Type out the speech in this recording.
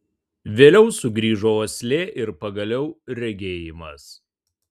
vėliau sugrįžo uoslė ir pagaliau regėjimas